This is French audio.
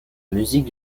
musique